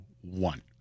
one